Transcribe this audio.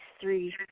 three